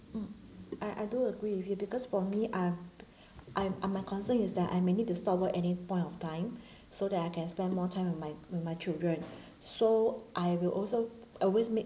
mm I I do agree with you because for me I I'm uh my concern is that I may need to stop work any point of time so that I can spend more time with my with my children so I will also always make